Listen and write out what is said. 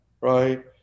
right